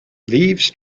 leaves